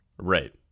right